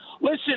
Listen